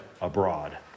abroad